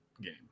game